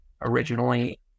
originally